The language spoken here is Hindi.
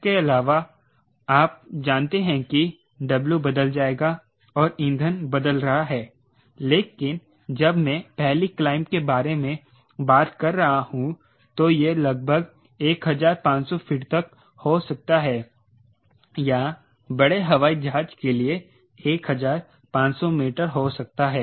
इसके अलावा आप जानते हैं कि W बदल जाएगा और ईंधन बदल रहा है लेकिन जब मैं पहली क्लाइंब के बारे में बात कर रहा हूं तो यह लगभग 1500 फीट तक हो सकता है या बड़े हवाई जहाज के लिए 1500 मीटर हो सकता है